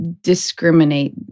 discriminate